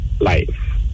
life